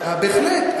בהחלט.